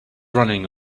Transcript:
running